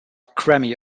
grammy